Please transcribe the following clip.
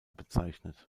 bezeichnet